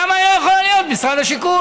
למה היא לא יכולה להיות משרד השיכון?